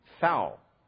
foul